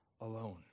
alone